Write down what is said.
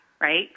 right